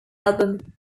album